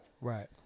Right